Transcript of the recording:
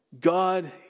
God